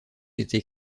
été